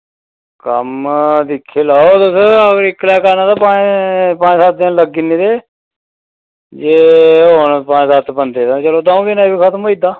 कम्म दिक्खी लैओ तुस इक्कला करै तां पंज पंज सत्त देन लगी जे होन पंज सत्त बंदे चलो द'ऊ दिनें च खत्म होई जंदा